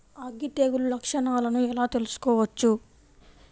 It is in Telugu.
అగ్గి తెగులు లక్షణాలను ఎలా తెలుసుకోవచ్చు?